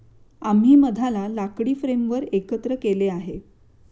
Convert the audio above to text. आम्ही मधाला लाकडी फ्रेमवर एकत्र केले आहे